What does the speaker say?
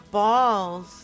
balls